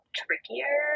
trickier